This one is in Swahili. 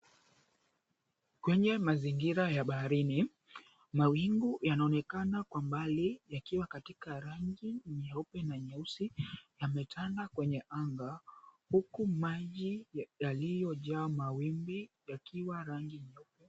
Kwenye mazingira ya baharini mawingu yanaonekana kwa mbali yakiwa katika rangi nyeupe na nyeusi yametanda kwenye anga huku maji yaliyojaa mawimbi yakiwa rangi nyeupe.